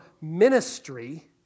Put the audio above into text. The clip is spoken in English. ministry